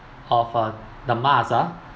of uh the mask ah